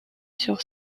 sur